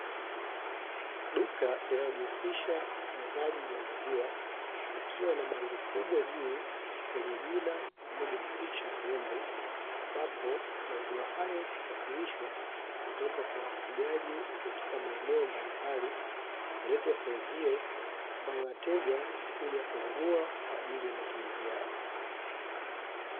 Duka linalojihusisha na uuzaji wa maziwa, likiwa na bango kubwa, juu lenye jina, pamoja na picha ya ng'ombe, ambapo maziwa hayo husafirishwa kutoka kwa wafugaji katika maeneo mbalimbali na kuletwa sehemu hiyo, ambayo wateja huja kununua kwa ajili ya matumizi yao.